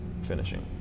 finishing